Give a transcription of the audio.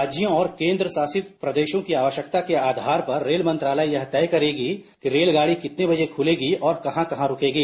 राज्यों और केंद्रशासित प्रदेशों की आवश्यकता के आधार पर रेल मंत्रालय यह तय करेगा कि रेलगाड़ी कितने बजे खूलेगी और कहां कहां रूकेगी